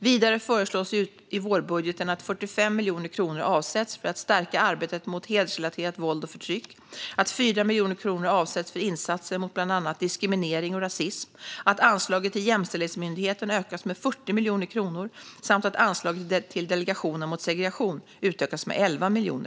Vidare föreslås i vårbudgeten att 45 miljoner kronor avsätts för att stärka arbetet mot hedersrelaterat våld och förtryck, att 4 miljoner kronor avsätts för insatser mot bland annat diskriminering och rasism, att anslaget till Jämställdhetsmyndigheten ökas med 40 miljoner kronor samt att anslaget till Delegationen mot segregation ökas med 11 miljoner.